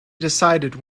decided